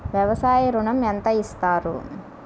వ్యవసాయ ఋణం ఎంత ఇస్తారు?